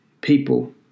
people